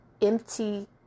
empty